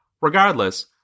Regardless